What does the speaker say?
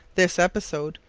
this episode,